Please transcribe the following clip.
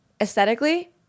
aesthetically